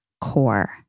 core